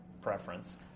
preference